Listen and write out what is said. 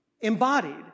embodied